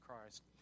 Christ